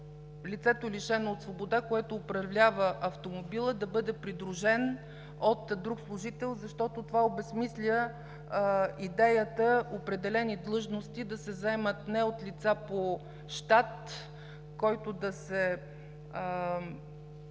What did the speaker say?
лицето, лишено от свобода, което управлява автомобила, да бъде придружено от друг служител, защото това обезсмисля идеята определени длъжности да се заемат не от лица по щат, който да е